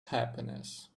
happiness